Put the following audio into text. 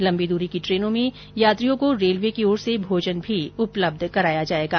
लम्बी दूरी की ट्रेनों में यात्रियों को रेलवे की ओर से भोजन भी उपलब्ध कराया जाएगा